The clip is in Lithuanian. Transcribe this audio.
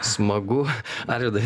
smagu arvydai